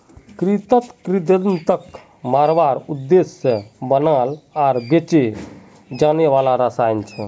कृंतक कृन्तकक मारवार उद्देश्य से बनाल आर बेचे जाने वाला रसायन छे